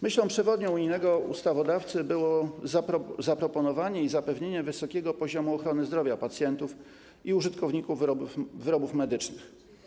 Myślą przewodnią unijnego ustawodawcy było zaproponowanie i zapewnienie wysokiego poziomu ochrony zdrowia pacjentów i użytkowników wyrobów medycznych.